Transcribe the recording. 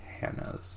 Hannah's